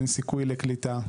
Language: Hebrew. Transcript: אין סיכוי לקליטה,